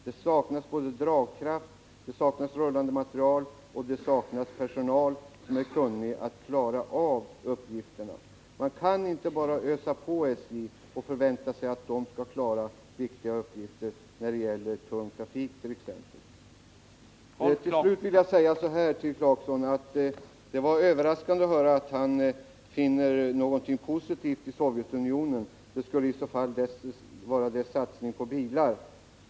Det saknas dragkraft och rullande materiel, och det saknas personal som är kunnig på området. Man kan inte bara lägga uppgifter på SJ och förvänta sig att SJ skall klara dem, t.ex. när det gäller tung trafik. Det är överraskande att höra att Rolf Clarkson finner någonting positivt i Sovjetunionen — det är alltså dess satsning på bilar.